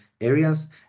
areas